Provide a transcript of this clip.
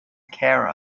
care